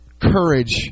courage